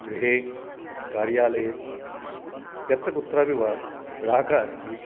गृहे कार्यालये यत्र कुत्रापि वा ग्राहकः अस्ति